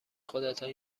خودتان